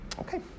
Okay